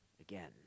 again